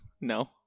no